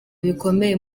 bikomeye